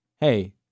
hey